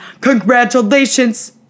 congratulations